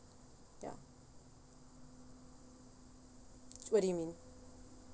ya what do you mean